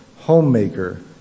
homemaker